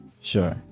sure